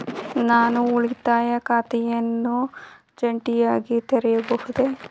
ನಾನು ಉಳಿತಾಯ ಖಾತೆಯನ್ನು ಜಂಟಿಯಾಗಿ ತೆರೆಯಬಹುದೇ?